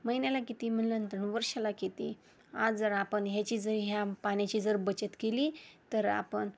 महिन्याला किती म्हटल्यानंतर वर्षाला किती आज जर आपण ह्याची जर ह्या पाण्याची जर बचत केली तर आपण